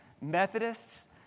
Methodists